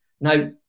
Now